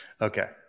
Okay